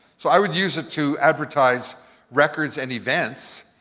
so i would use it to advertise records and events,